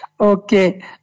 Okay